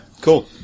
cool